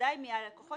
ובוודאי מהלקוחות